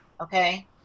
okay